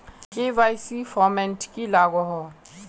KYC format की लागोहो?